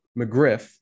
McGriff